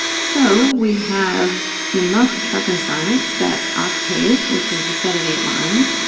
so we have in most petrarchan sonnets that octave, which is the set of eight lines,